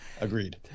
Agreed